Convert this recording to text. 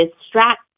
distract